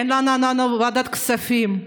אין לנו ועדת כספים,